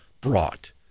brought